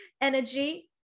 energy